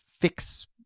fix